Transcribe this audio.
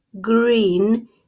green